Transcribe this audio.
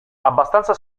abbastanza